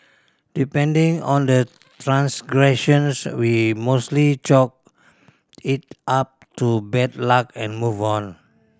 depending on the transgressions we mostly chalk it up to bad luck and move on